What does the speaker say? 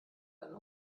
eine